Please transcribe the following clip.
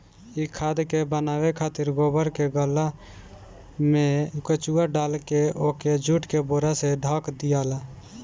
इ खाद के बनावे खातिर गोबर के गल्ला में केचुआ डालके ओके जुट के बोरा से ढक दियाला